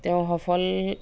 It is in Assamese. তেওঁ সফল